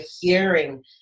hearing